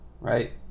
right